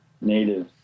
native